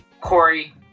Corey